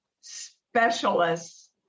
specialists